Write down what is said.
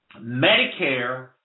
Medicare